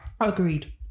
Agreed